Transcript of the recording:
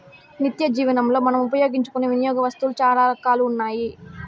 నిత్యజీవనంలో మనం ఉపయోగించుకునే వినియోగ వస్తువులు చాలా రకాలుగా ఉన్నాయి